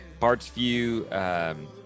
PartsView